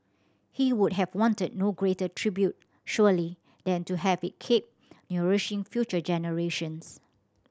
he would have wanted no greater tribute surely than to have it keep nourishing future generations